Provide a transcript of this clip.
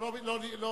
לא פה, לא נרשמתי.